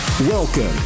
Welcome